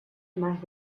más